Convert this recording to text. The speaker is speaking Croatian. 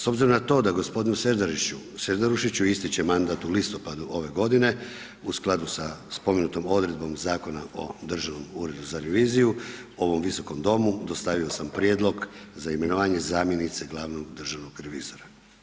S obzirom na to da gospodinu Serdarušiću ističe mandat u listopadu ove godine u skladu sa spomenutom odredbom Zakona o Državom uredu za reviziju ovom Visokom domu dostavio sam prijedlog za imenovanje zamjenice glavnog državnog revizora.